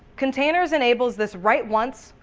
containers enables this write once,